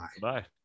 bye